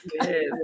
Yes